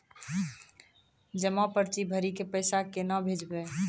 जमा पर्ची भरी के पैसा केना भेजबे?